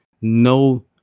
no